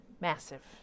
massive